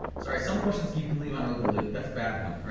so some questions you can leave on an open loop. that's a bad one.